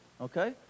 Okay